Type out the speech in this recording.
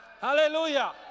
Hallelujah